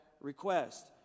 request